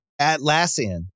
Atlassian